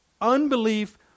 unbelief